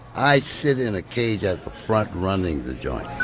i sit in a cage at the front, running the joint.